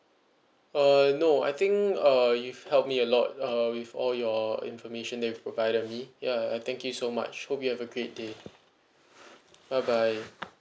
uh no I think uh you've helped me a lot uh with all your information that you've provided to me yeah thank you so much hope you have a great day bye bye